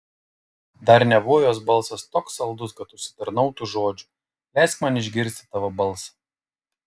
dar nebuvo jos balsas toks saldus kad užsitarnautų žodžių leisk man išgirsti tavo balsą